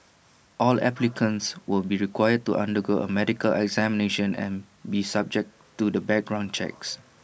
all applicants will be required to undergo A medical examination and be subject to the background checks